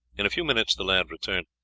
in a few minutes the lad returned.